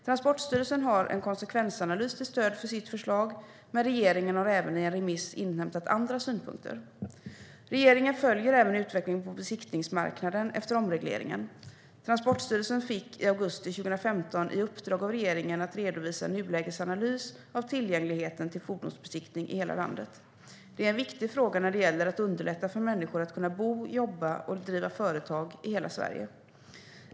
Transportstyrelsen har en konsekvensanalys till stöd för sitt förslag, men regeringen har även i en remiss inhämtat andra synpunkter. Regeringen följer även utvecklingen på besiktningsmarknaden efter omregleringen. Transportstyrelsen fick i augusti 2015 i uppdrag av regeringen att redovisa en nulägesanalys av tillgängligheten till fordonsbesiktning i hela landet. Det är en viktig fråga när det gäller att underlätta för människor att kunna bo, jobba och driva företag i hela Sverige.